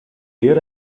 year